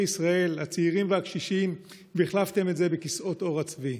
ישראל הצעירים והקשישים והחלפתם את זה בכיסאות עור הצבי?